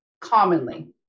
commonly